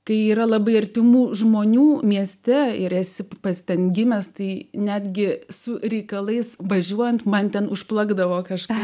kai yra labai artimų žmonių mieste ir esi pats ten gimęs tai netgi su reikalais važiuojant man ten užplakdavo kažką